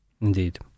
Indeed